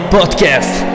Podcast